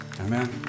Amen